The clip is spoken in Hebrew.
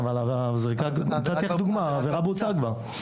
אבל נתתי לך דוגמה, העבירה בוצעה כבר.